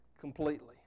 completely